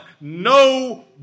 no